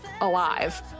alive